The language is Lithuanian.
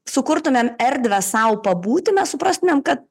sukurtumėm erdvę sau pabūti mes suprastumėm kad